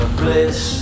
bliss